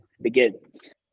begins